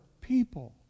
people